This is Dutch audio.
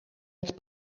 het